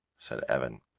said evan,